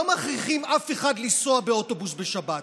לא מכריחים אף אחד לנסוע באוטובוס בשבת.